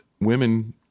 women